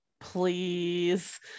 Please